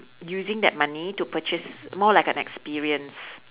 using that money to purchase more like an experience